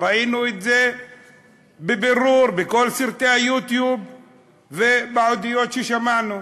ראינו את זה בבירור בכל סרטי ה"יוטיוב" ובידיעות ששמענו.